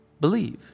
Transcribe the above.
believe